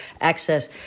access